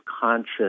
conscious